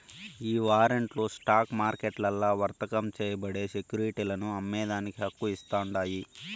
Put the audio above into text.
ఈ వారంట్లు స్టాక్ మార్కెట్లల్ల వర్తకం చేయబడే సెక్యురిటీలను అమ్మేదానికి హక్కు ఇస్తాండాయి